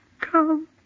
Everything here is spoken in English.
come